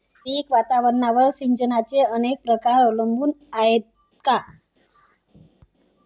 पीक वातावरणावर सिंचनाचे अनेक प्रकार अवलंबून आहेत का?